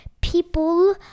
people